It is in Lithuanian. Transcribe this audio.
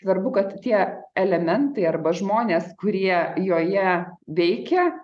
svarbu kad tie elementai arba žmonės kurie joje veikia